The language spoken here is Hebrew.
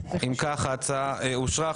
הצבעה אושר אם כך, ההצעה אושרה.